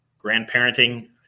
grandparenting